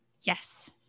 Yes